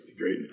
great